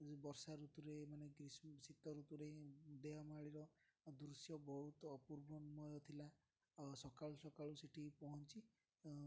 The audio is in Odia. ବର୍ଷା ଋତୁରେ ମାନେ ଗ୍ରୀଷ୍ମ ଶୀତ ଋତୁରେ ଦେଓମାଳିର ଦୃଶ୍ୟ ବହୁତ ଅପୂର୍ବମୟ ଥିଲା ଆଉ ସକାଳୁ ସକାଳୁ ସେଇଠି ପହଞ୍ଚି